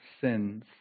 sins